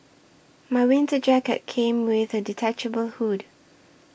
my winter jacket came with a detachable hood